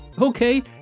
Okay